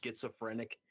schizophrenic